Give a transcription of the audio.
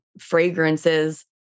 fragrances